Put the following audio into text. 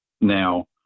Now